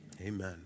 Amen